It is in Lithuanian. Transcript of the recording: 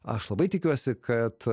aš labai tikiuosi kad